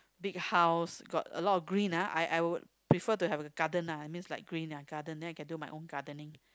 big house got a lot of green ah I I would prefer to have a garden ah I means like green then I can do my own gardening